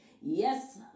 Yes